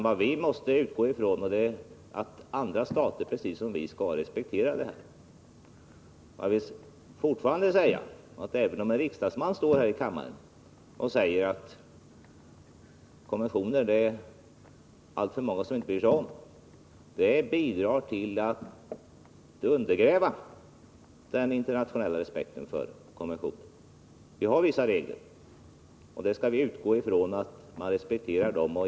Vad vi måste utgå ifrån är att andra stater precis som vi skall respektera konventioner. Och jag vill säga: Även om det är en riksdagsman som står här i kammaren och säger att det är alltför många som inte bryr sig om konventioner, så bidrar det till att undergräva den internationella respekten för konventioner. Vi har vissa regler, och vi skall utgå från att de respekteras.